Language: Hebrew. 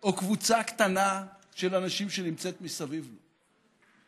או קבוצה קטנה של אנשים שנמצאת מסביב לו.